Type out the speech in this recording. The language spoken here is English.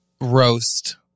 roast